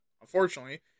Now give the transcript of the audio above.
unfortunately